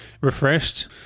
refreshed